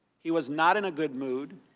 he was not in a good mood.